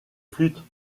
flûtes